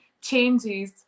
changes